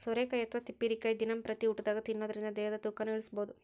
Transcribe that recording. ಸೋರೆಕಾಯಿ ಅಥವಾ ತಿಪ್ಪಿರಿಕಾಯಿ ದಿನಂಪ್ರತಿ ಊಟದಾಗ ತಿನ್ನೋದರಿಂದ ದೇಹದ ತೂಕನು ಇಳಿಸಬಹುದು